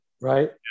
right